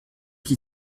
qui